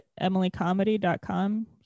emilycomedy.com